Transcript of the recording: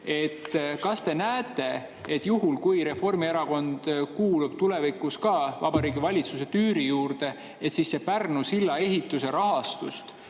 kas te näete, et juhul kui Reformierakond kuulub ka tulevikus Vabariigi Valitsuse tüüri juurde, siis selle Pärnu silla ehituse rahastust